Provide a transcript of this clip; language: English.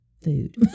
food